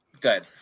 Good